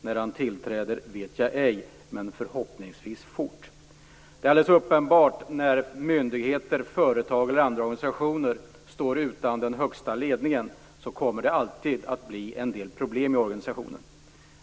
Jag vet inte när han tillträder, men förhoppningsvis går det fort. När myndigheter, företag eller andra organisationer står utan den högsta ledningen kommer det alltid att bli en del problem i organisationen.